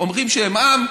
אומרים שהם עם,